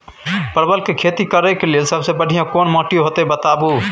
परवल के खेती करेक लैल सबसे बढ़िया कोन माटी होते बताबू?